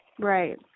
right